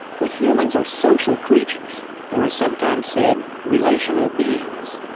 we humans are social creatures or, as sometimes said, relational beings.